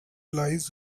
lies